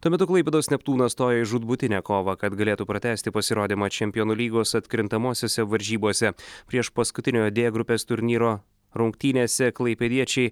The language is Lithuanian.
tuo metu klaipėdos neptūnas stoja į žūtbūtinę kovą kad galėtų pratęsti pasirodymą čempionų lygos atkrintamosiose varžybose prieš paskutiniojo d grupės turnyro rungtynėse klaipėdiečiai